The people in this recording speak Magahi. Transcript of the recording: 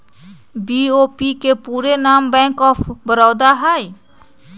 बी.ओ.बी के पूरे नाम बैंक ऑफ बड़ौदा हइ